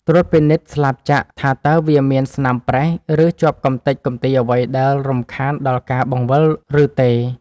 ត្រួតពិនិត្យស្លាបចក្រថាតើវាមានស្នាមប្រេះ ឬជាប់កម្ទេចកម្ទីអ្វីដែលរំខានដល់ការបង្វិលឬទេ?